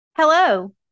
Hello